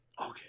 Okay